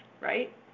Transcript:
right